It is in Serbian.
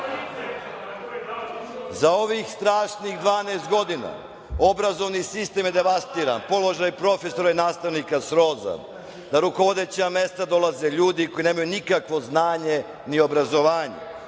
ovih strašnih 12 godina, obrazovni sistem je devastiran, položaj profesora i nastavnika je srozan, na rukovodeća mesta dolaze ljudi koji nemaju nikakvo znanje ni obrazovanje,